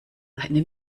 seine